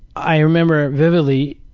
i remember vividly,